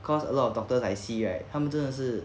cause a lot of doctors I see right 他们真的是